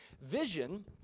Vision